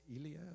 Eliab